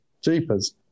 jeepers